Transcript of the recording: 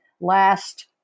last